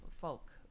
folk